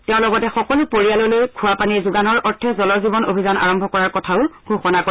তেওঁ লগতে সকলো পৰিয়াললৈ খোৱা পানী যোগানৰ অৰ্থে জল জীৱন অভিযান আৰম্ভ কৰাৰ কথাও ঘোষণা কৰে